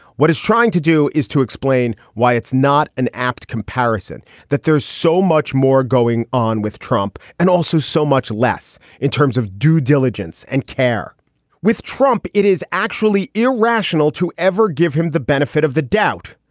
what he's trying to do is to explain why it's not an apt comparison that there's so much more going on with trump and also so much less in terms of due diligence and care with trump. it is actually irrational to ever give him the benefit of the doubt.